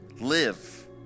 live